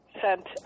sent